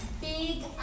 big